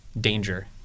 danger